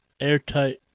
airtight